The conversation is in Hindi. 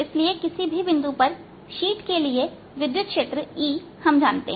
इसलिए किसी भी बिंदु पर शीट के लिए विद्युत क्षेत्र E हम जानते हैं